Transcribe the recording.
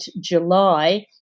July